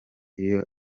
iyo